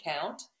count